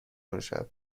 اونشب